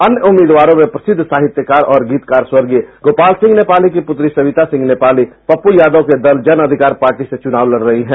अन्य उम्मीदवारों में प्रसिद्ध साहित्यकार और गीतकार स्वर्गीय गोपाल सिंह नेपाली की पुत्री सविता सिंह नेपाली पप्पू यादव के दल जन अधिकार पार्टी से चुनाव लड रही हैं